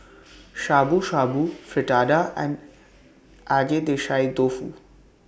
Shabu Shabu Fritada and Agedashi Dofu